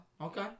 Okay